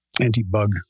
anti-bug